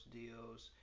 deals